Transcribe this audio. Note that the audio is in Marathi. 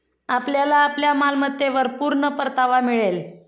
आपल्याला आपल्या मालमत्तेवर पूर्ण परतावा मिळेल